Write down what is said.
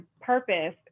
purpose